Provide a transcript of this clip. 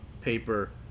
paper